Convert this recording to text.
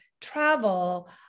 travel